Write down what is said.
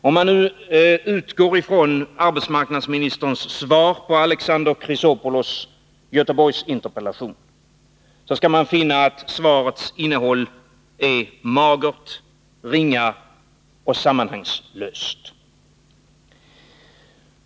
Om vi nu utgår ifrån arbetsmarknadsministerns svar på Alexander Chrisopoulos interpellation om arbetslösheten i Göteborg skall vi finna att svarets innehåll är magert, ringa och sammanhangslöst.